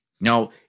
Now